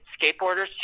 skateboarders